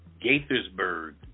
gaithersburg